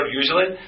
usually